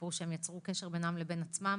וסיפרו שהם יצרו קשר בינם לבין עצמם.